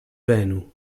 venu